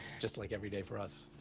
just like every day for us.